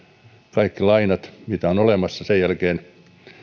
kaikki lainat mitä on olemassa sen jälkeen